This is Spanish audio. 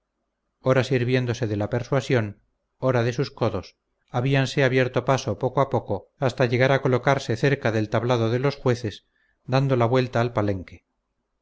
ora sirviéndose de la persuasión ora de sus codos habíanse abierto paso poco a poco hasta llegar a colocarse cerca del tablado de los jueces dando la vuelta al palenque